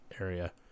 area